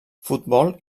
futbol